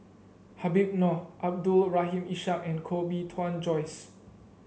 Habib Noh Abdul Rahim Ishak and Koh Bee Tuan Joyce